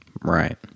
Right